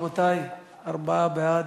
רבותי, ארבעה בעד.